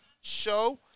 show